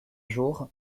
jour